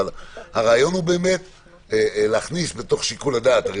אבל הרעיון הוא להכניס בתוך שיקול הדעת הרי